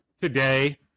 today